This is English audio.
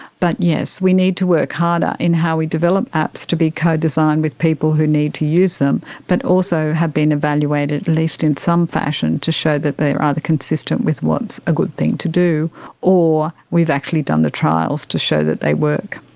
but yes, we need to work harder in how we develop apps to be co-designed with people who need to use them but also have been evaluated, at least in some fashion, to show that they are either consistent with what is a good thing to do or we've actually done the trials to show that they work.